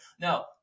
No